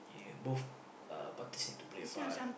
yeah both uh parties need to play a part